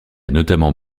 notamment